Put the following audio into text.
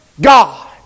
God